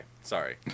sorry